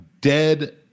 dead